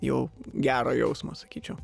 jau gero jausmo sakyčiau